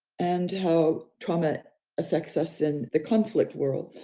and how trauma affects us in the conflict world.